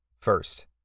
First